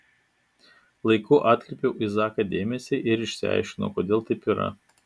laiku atkreipiau į zaką dėmesį ir išsiaiškinau kodėl taip yra